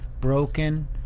broken